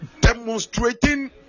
demonstrating